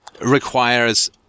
requires